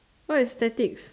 what is statics